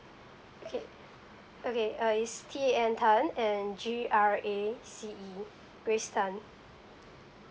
okay okay uh it's T A N tan and G R A C E grace tan